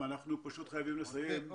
אנחנו מלמדים ומחנכים לקחת אחריות.